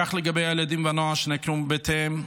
כך לגבי הילדים והנוער שנעקרו מבתיהם,